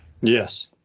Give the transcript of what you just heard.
Yes